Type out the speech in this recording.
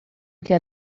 quer